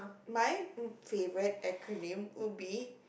my favorite acronym would be